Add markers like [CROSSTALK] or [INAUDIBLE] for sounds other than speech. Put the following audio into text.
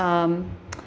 um [NOISE]